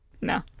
No